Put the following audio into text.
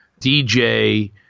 DJ